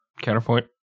Counterpoint